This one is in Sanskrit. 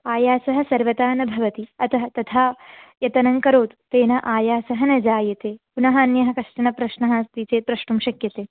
आयासः सर्वथा न भवति अतः तथा यतनं करोतु तेन आयासः न जायते पुनः अन्यः कश्चन प्रश्नः अस्ति चेत् प्रष्टुं शक्यते